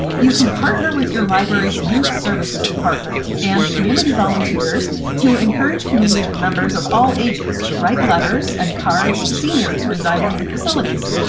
you could partner with your library's youth services department and community volunteers to encourage community members of all ages to write letters and cards to seniors residing in facilities.